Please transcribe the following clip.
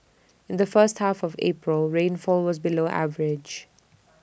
in the first half of April rainfall was below average